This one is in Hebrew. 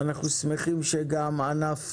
אנחנו שמחים שגם ענף